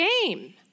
game